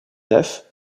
nef